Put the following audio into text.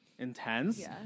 intense